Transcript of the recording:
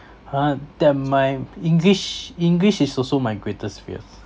!huh! then my english english is also my greatest fears